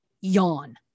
yawn